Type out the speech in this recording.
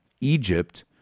Egypt